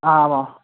आम्